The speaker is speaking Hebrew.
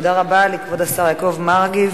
תודה רבה לכבוד השר יעקב מרגי.